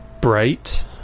bright